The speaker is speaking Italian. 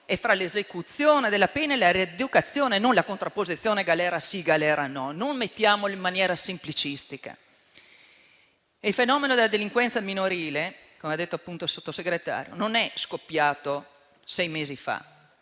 è fra l'esecuzione della pena e la rieducazione, non la contrapposizione galera sì, galera no. Non poniamo le questioni in maniera semplicistica. Il fenomeno della delinquenza minorile, come ha detto, appunto, il sottosegretario Ostellari, non è scoppiato sei mesi fa.